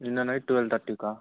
నిన్న night twelve తర్టీకా